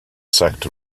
sacked